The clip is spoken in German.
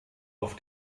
auf